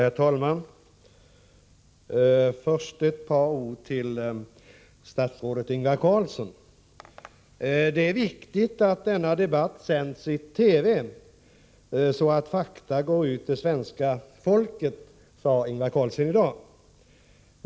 Herr talman! Först ett par ord till statsrådet Ingvar Carlsson. Det är viktigt att denna debatt sänds i TV så att fakta når ut till svenska folket, sade Ingvar Carlsson i dag.